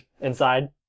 inside